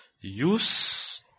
Use